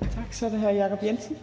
Kl. 18:54 Jacob Jensen